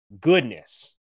goodness